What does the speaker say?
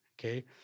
Okay